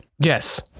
yes